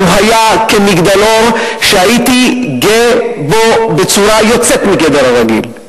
הוא היה כמגדלור שהייתי גאה בו בצורה יוצאת מגדר הרגיל.